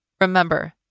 Remember